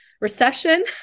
recession